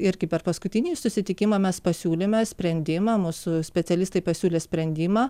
irgi per paskutinį susitikimą mes pasiūlėme sprendimą mūsų specialistai pasiūlė sprendimą